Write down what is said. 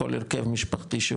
כל הרכב משפחתי,